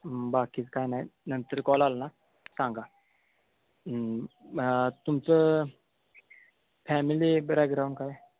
बाकीचं काही नाही नंतर कॉल आला ना सांगा तुमचं फॅमिली ब्रॅगग्राऊंड काय